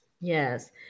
yes